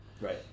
Right